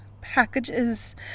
packages